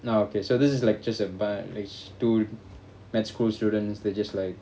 no okay so this is lecture se~ but there's two med school students they just like